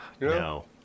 No